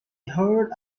heard